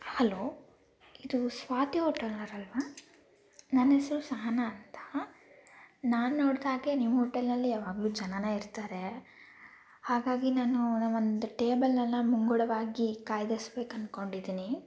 hello ಇದು ಸ್ವಾತಿ ಹೋಟೆಲ್ನವ್ರು ಅಲ್ಲವಾ ನನ್ನ ಹೆಸರು ಸಹನಾ ಅಂತ ನಾನು ನೋಡ್ದ ಹಾಗೆ ನಿಮ್ಮ ಹೋಟೆಲ್ನಲ್ಲಿ ಯಾವಾಗಲೂ ಜನಾನೇ ಇರ್ತಾರೆ ಹಾಗಾಗಿ ನಾನು ನಾವೊಂದು ಟೇಬಲ್ಲನ್ನು ಮುಂಗಡವಾಗಿ ಕಾಯ್ದಿರ್ಸ್ಬೇಕು ಅನ್ಕೊಂಡಿದ್ದೀನಿ